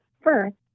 First